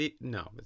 No